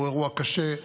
הוא אירוע קשה,